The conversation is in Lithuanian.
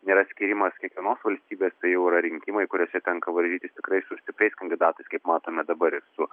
nėra skyrimas kiekvienos valstybės tai jau yra rinkimai kuriuose tenka varžytis tikrai su stipriais kandidatais kaip matome dabar ir su